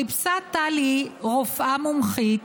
חיפשה טלי רופאה מומחית,